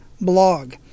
blog